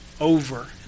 over